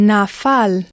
Nafal